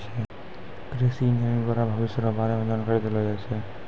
कृषि इंजीनियरिंग द्वारा भविष्य रो बारे मे जानकारी देलो जाय छै